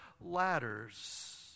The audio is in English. ladders